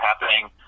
happening